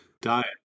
diet